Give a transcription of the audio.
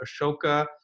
Ashoka